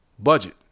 Budget